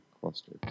cluster